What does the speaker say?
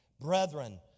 Brethren